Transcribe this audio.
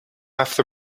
after